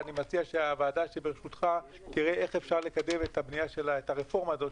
ואני מציע שהוועדה שברשותך תראה איך אפשר לקדם את הרפורמה הזו,